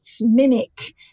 mimic